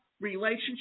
relationship